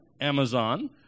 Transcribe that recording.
Amazon